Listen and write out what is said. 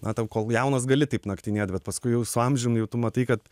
na tau kol jaunas gali taip naktinėt bet paskui jau su amžium jau tu matai kad